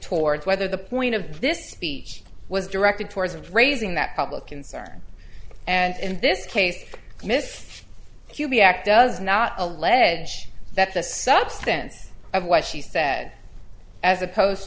towards whether the point of this speech was directed towards of raising that public concern and in this case miss hubie act does not allege that the substance of what she said as opposed